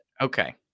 Okay